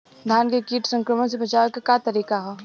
धान के कीट संक्रमण से बचावे क का तरीका ह?